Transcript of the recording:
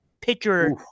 Pitcher